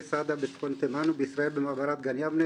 סעדה בצפון תימן ובישראל במעברת גן יבנה,